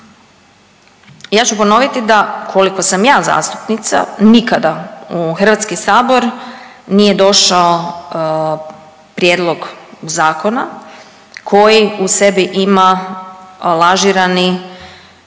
Ja ću ponoviti da koliko sam ja zastupnica nikada u Hrvatski sabor nije došao prijedlog zakona koji u sebi ima lažirani